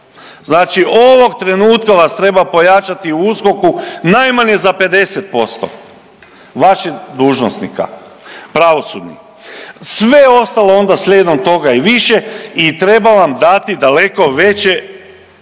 Znači ovog trenutka vas treba pojačati u USKOK najmanje za 50% vaših dužnosnika pravosudnih. Sve ostalo onda slijedom toga i više i treba vam dati daleko veće